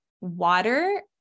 water